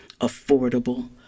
affordable